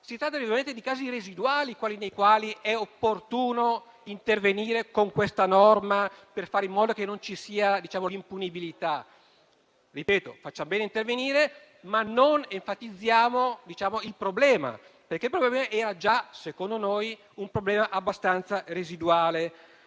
veramente di casi residuali quelli nei quali è opportuno intervenire con questa norma, per fare in modo che non ci sia l'impunibilità. Ripeto: facciamo bene a intervenire, ma non enfatizziamo il problema, perché era già - secondo noi - abbastanza residuale.